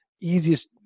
easiest